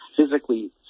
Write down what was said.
physically